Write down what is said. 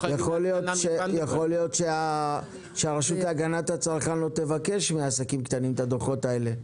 יכול להיות שהרשות להגנת הצרכן לא תבקש מעסקים את הדוחות האלה,